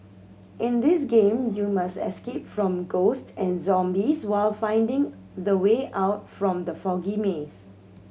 in this game you must escape from ghost and zombies while finding the way out from the foggy maze